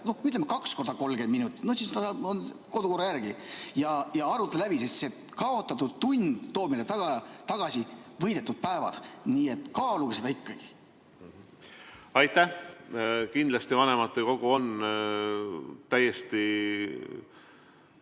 kaks korda 30 minutit, no siis ta on kodukorra järgi, ja arutada läbi, sest see kaotatud tund toob meile tagasi võidetud päevad. Nii et kaaluge seda ikkagi. Aitäh! Kindlasti, vanematekogu on täiesti